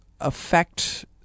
affect